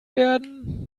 werden